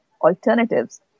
alternatives